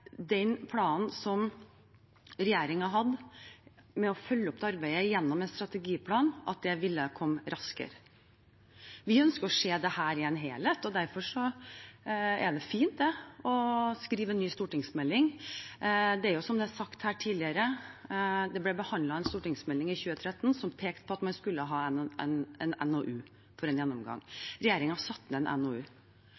den planen som regjeringen hadde med å følge opp arbeidet gjennom en strategiplan, ville det ha kommet raskere. Vi ønsker å se dette i en helhet. Derfor er det fint å skrive ny stortingsmelding. Det er som det er sagt her tidligere: Det ble behandlet en stortingsmelding i 2013, som pekte på at man skulle ha en NOU for en gjennomgang,